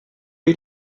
you